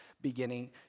beginning